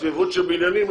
צפיפות של בניינים.